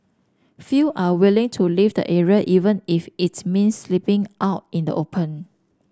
few are willing to leave the area even if it means sleeping out in the open